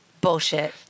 Bullshit